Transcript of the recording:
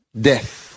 Death